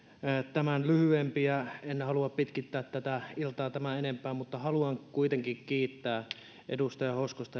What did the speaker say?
tämän lyhyempiä en halua pitkittää tätä iltaa tämän enempää mutta haluan kuitenkin kiittää edustaja hoskosta